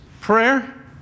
prayer